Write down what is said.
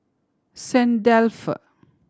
Saint Dalfour